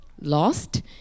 lost